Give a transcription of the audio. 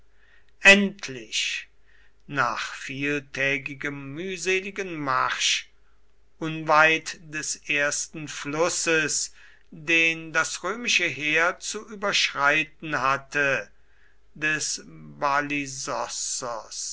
endlich nach vieltägigem mühseligen marsch unweit des ersten flusses den das römische heer zu überschreiten hatte des